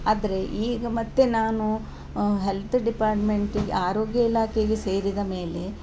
ಆದರೆ ಈಗ ಮತ್ತೆ ನಾನು ಹೆಲ್ತ್ ಡಿಪಾರ್ಟ್ಮೆಂಟಿಗೆ ಆರೋಗ್ಯ ಇಲಾಖೆಗೆ ಸೇರಿದ ಮೇಲೆ